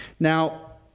now,